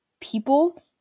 people